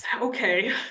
Okay